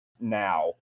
now